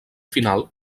final